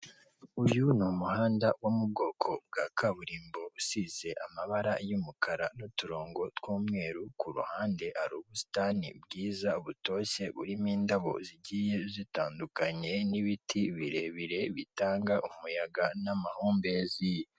Uyu ni umuhanda wo mu bwoko bwa kaburimbo usize amabara y'umukara n'uturongo tw'umweru, ku ruhande hari ubusitani bwiza butoshye burimo indabo zigiye zitandukanye n'ibiti birebire bitanga umuyaga n'amahumbezi.